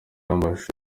amashusho